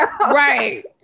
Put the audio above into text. Right